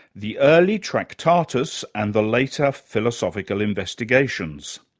the early tractatus and the later philosophical investigations.